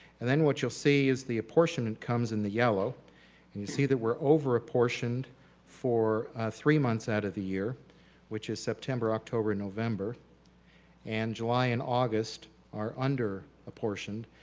and then what you'll see is the apportionment comes in the yellow and you see that we're over apportioned for three months out of the year which is september, october, november and july and august are under apportioned.